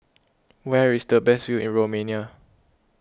where is the best view in Romania